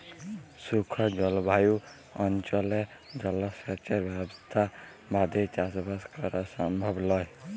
শুখা জলভায়ু অনচলে জলসেঁচের ব্যবসথা বাদে চাসবাস করা সমভব লয়